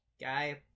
guy